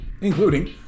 including